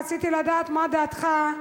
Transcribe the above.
רציתי לדעת מה דעתך,